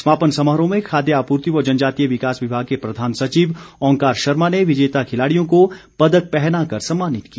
समापन समारोह में खाद्य आपूर्ति व जनजातीय विकास विभाग के प्रधान सचिव ओंकार शर्मा ने विजेता खिलाड़ियों को पदक पहनाकर सम्मानित किया